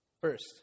First